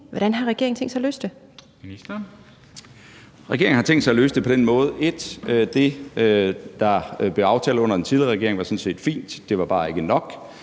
Skatteministeren (Morten Bødskov): Regeringen har tænkt sig at løse det på den måde: Det, der blev aftalt under den tidligere regering, var sådan set fint; det var bare ikke nok,